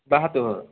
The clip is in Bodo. बाहादुर